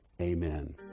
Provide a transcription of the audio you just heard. Amen